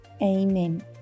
amen